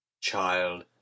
child